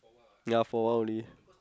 ya for awhile only